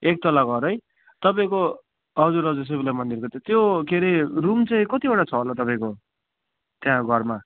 एक तला घर है तपाईँको हजुर हजुर शिवमन्दिरको त्यहाँ त्यो के अरे रुम चाहिँ कतिवटा छ होला तपाईँको त्यहाँ घरमा